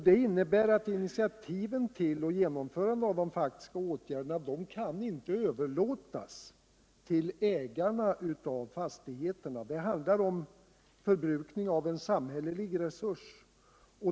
Det innebär att initiativen och genomförandet av de faktiska åtgärderna inte kan överlåtas ull ägarna av fastigheterna. Det handlar om förbrukning av en samhällelig resurs.